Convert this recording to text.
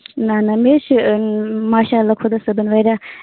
نا نا مےٚ حظ چھُ ماشا اللہ خۄدا صٲبَن واریاہ